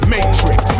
Matrix